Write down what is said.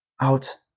out